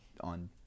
on